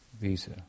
visa